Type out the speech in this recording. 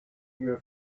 your